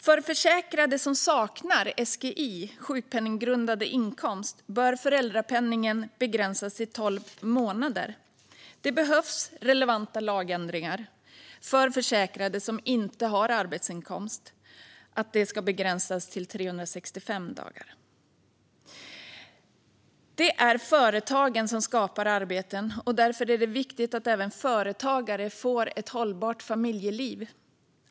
För försäkrade som saknar SGI, sjukpenninggrundande inkomst, bör föräldrapenningen begränsas till tolv månader. Det behövs relevanta lagändringar för att föräldrapenningen för försäkrade som inte har arbetsinkomst ska begränsas till 365 dagar. Det är företagen som skapar arbeten, och därför är det viktigt att även företagare får ett hållbart familjeliv.